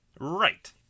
right